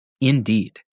Indeed